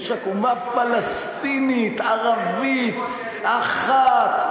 יש רק אומה פלסטינית ערבית אחת,